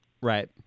Right